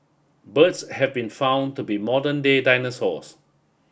birds have been found to be modern day dinosaurs